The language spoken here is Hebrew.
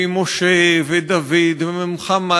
והיא משה ודוד ומוחמד,